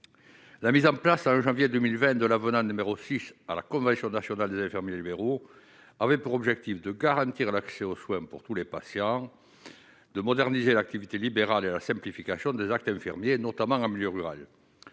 La mise en place à janvier 2020 de l'avenant numéro 6 à la convention nationale des infirmiers libéraux avait pour objectif de garantir l'accès aux soins pour tous les patients de moderniser l'activité libérale et la simplification des actes infirmiers notamment en milieu rural